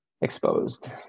exposed